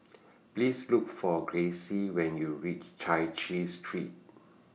Please Look For Gracie when YOU REACH Chai Chee Street